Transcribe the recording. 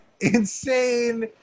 insane